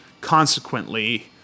consequently